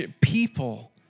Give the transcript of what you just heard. people